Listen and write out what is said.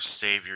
Savior